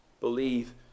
believe